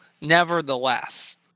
nevertheless